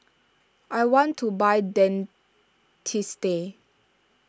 I want to buy Dentiste